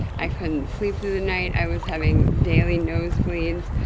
i couldn't sleep through the night, i was having daily nosebleeds,